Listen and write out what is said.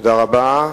תודה רבה.